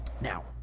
Now